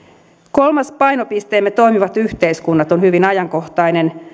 kolmas painopisteemme toimivat yhteiskunnat on hyvin ajankohtainen